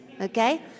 Okay